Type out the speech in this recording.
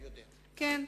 כן,